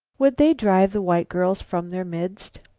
would they drive the white girls from their midst?